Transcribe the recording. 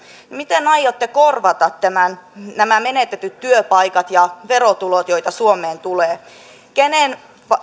miten aiotte korvata nämä menetetyt työpaikat ja verotulot joita suomeen tulee kenen